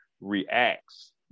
reacts